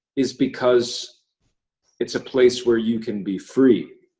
is because it's a place where you can be free.